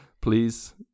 please